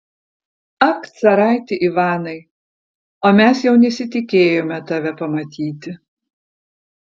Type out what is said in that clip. ak caraiti ivanai o mes jau nesitikėjome tave pamatyti